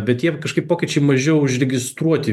bet jiem kažkaip pokyčiai mažiau užregistruoti